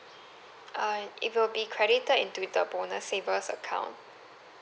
err it will be credited into the bonus savers account